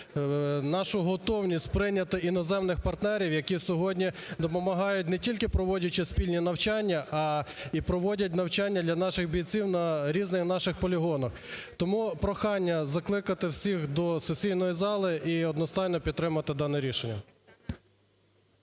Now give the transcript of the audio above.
нашу готовність прийняти іноземних партнерів, які сьогодні допомагають, не тільки проводячи спільні навчання, а і проводять навчання для наших бійців на різних наших полігонах. Тому прохання закликати всіх до сесійної зали і одностайно підтримати дане рішення.